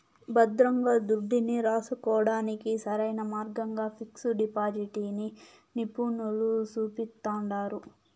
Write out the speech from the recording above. భద్రంగా దుడ్డుని రాసుకోడానికి సరైన మార్గంగా పిక్సు డిపాజిటిని నిపునులు సూపిస్తండారు